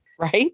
right